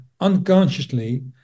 unconsciously